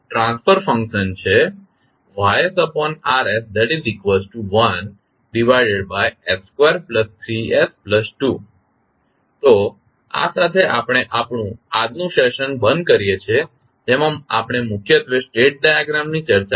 transfer function છે YR1s23s2 તો આ સાથે આપણે આપણું આજનો સેશન બંધ કરીએ છીએ જેમાં આપણે મુખ્યત્વે સ્ટેટ ડાયાગ્રામ ની ચર્ચા કરી